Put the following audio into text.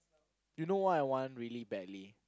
you know what I want really badly